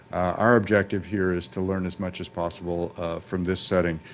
our objective here is to learn as much as possible from this setting,